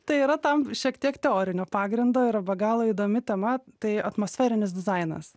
tai yra tam šiek tiek teorinio pagrindo yra be galo įdomi tema tai atmosferinis dizainas